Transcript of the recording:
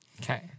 Okay